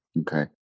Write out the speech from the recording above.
Okay